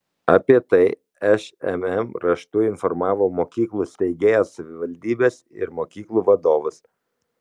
apie tai šmm raštu informavo mokyklų steigėjas savivaldybes ir mokyklų vadovus